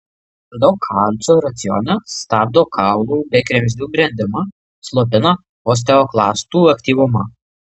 per daug kalcio racione stabdo kaulų bei kremzlių brendimą slopina osteoklastų aktyvumą